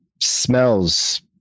smells